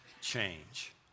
change